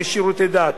דת.